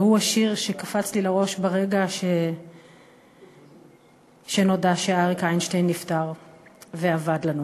והוא השיר שקפץ לי לראש ברגע שנודע שאריק איינשטיין נפטר ואבד לנו.